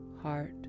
heart